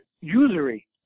usury